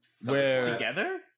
Together